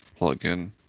plugin